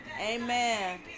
amen